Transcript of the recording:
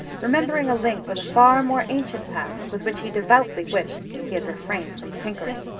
remembering a link with a far more ancient past with which he devoutly wished he had refrained from tinkering.